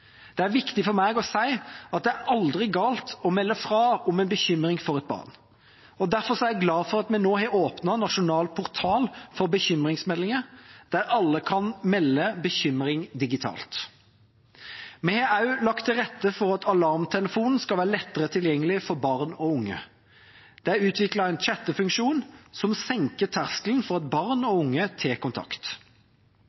Det er viktig for meg å si at det aldri er galt å melde fra om en bekymring for et barn. Derfor er jeg glad for at vi nå har åpnet Nasjonal portal for bekymringsmeldinger, der alle kan melde bekymringer digitalt. Vi har også lagt til rette for at Alarmtelefonen skal være lettere tilgjengelig for barn og unge. Det er utviklet en chattefunksjon, som senker terskelen for at barn og